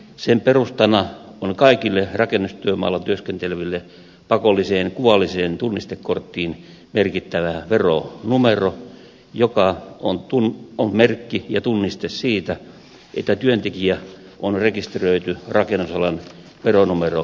sen perustana on kaikille rakennustyömailla työskenteleville pakolliseen kuvalliseen tunnistekorttiin merkittävä veronumero joka on merkki ja tunniste siitä että työntekijä on rekisteröity rakennusalan veronumerorekisteriin